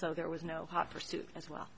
so there was no hot pursuit as well